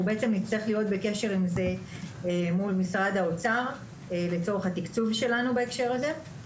אנחנו נצטרך להיות בקשר מול משרד האוצר לצורך התקצוב שלנו בהקשר הזה.